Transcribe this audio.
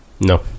No